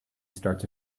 starts